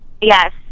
Yes